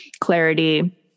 clarity